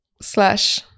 slash